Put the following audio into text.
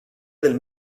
del